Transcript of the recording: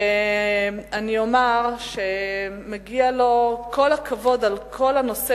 ואני אומר שמגיע לו כל הכבוד בכל הנושא